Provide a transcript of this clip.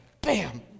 bam